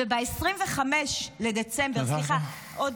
ב-25 בדצמבר, תודה רבה.